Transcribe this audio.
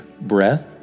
breath